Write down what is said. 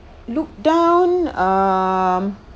look down um